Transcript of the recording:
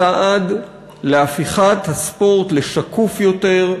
צעד להפיכת הספורט לשקוף יותר,